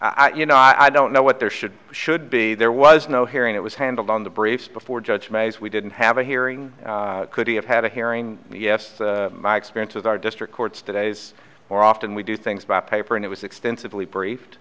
hearing you know i don't know what there should should be there was no hearing it was handled on the briefs before judge mays we didn't have a hearing could he have had a hearing yes my experience with our district courts today is more often we do things by paper and it was extensively briefed